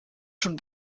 schon